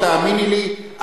תאמיני לי,